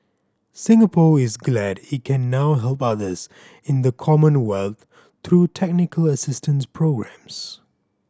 Singapore is glad it can now help others in the Commonwealth through technical assistance programmes